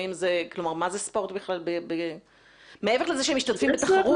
כלומר מה זה ספורט בכלל ב- -- מעבר לזה שמשתתפים בתחרות